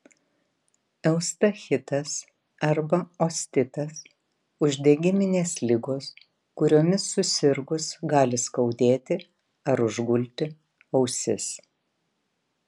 eustachitas arba ostitas uždegiminės ligos kuriomis susirgus gali skaudėti ar užgulti ausis